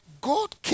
God